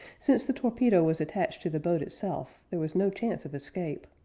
since the torpedo was attached to the boat itself there was no chance of escape.